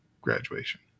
graduation